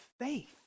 faith